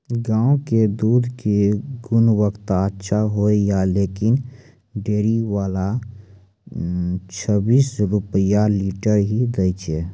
गांव के दूध के गुणवत्ता अच्छा होय या लेकिन डेयरी वाला छब्बीस रुपिया लीटर ही लेय छै?